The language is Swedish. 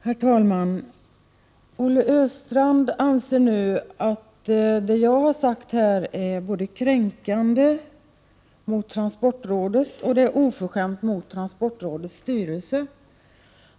Herr talman! Olle Östrand anser nu att det jag här har sagt är både kränkande mot transportrådet och oförskämt mot transportrådets styrelse.